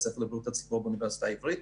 הספר לבריאות הציבור באוניברסיטה העברית.